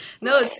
No